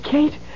Kate